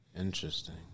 Interesting